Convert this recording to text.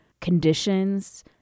conditions